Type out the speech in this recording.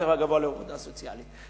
בית-הספר הגבוה לעבודה סוציאלית.